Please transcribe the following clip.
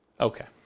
Okay